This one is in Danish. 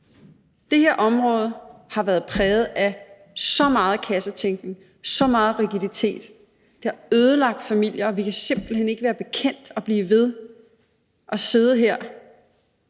Det her område har været præget af så meget kassetænkning og så meget rigiditet, at det har ødelagt familier, og vi kan simpelt hen ikke være bekendt at blive ved bare at sidde her.